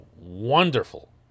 wonderful